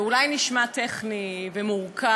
זה אולי נשמע טכני ומורכב,